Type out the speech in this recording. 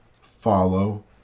Follow